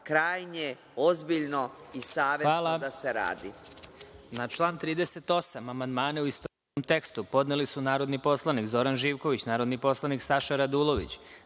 krajnje ozbiljno i savesno da se radi.